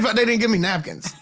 but they didn't give me napkins.